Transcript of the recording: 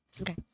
Okay